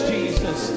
Jesus